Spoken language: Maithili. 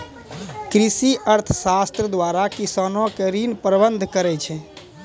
कृषि अर्थशास्त्र द्वारा किसानो के ऋण प्रबंध करै छै